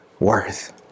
Worth